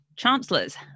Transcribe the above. chancellors